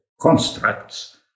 constructs